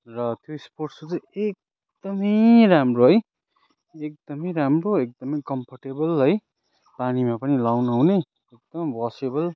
र त्यो sports shoe चाहिँ एकदमै राम्रो है एकदमै राम्रो एकदमै कम्फोर्टेबल है पानीमा पनि लाउन हुने एकदम वासेबल